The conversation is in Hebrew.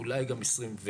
אולי גם ב-22'.